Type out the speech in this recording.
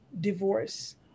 divorce